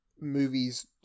Movies